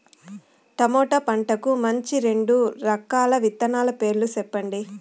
tomato పంటకు మంచి రెండు రకాల విత్తనాల పేర్లు సెప్పండి